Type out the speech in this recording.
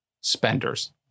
spenders